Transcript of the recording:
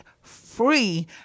free